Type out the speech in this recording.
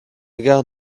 gare